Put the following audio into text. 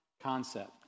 concept